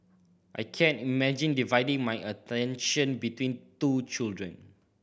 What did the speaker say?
I can't imagine dividing my attention between two children